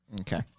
Okay